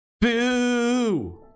Boo